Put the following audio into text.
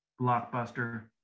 Blockbuster